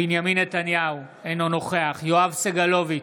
בנימין נתניהו, אינו נוכח יואב סגלוביץ'